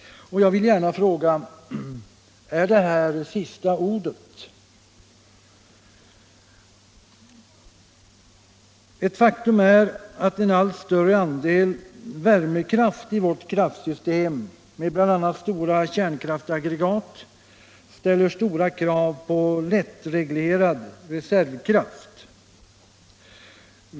Jag vill gärna fråga: Är det här sista ordet? Faktum är att en allt större andel värmekraft i vårt kraft'.system med bl.a. stora kärnkraftsaggregat ställer stora krav på lättreglerad reservkraft.